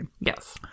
Yes